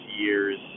years